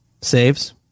saves